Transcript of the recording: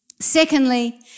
Secondly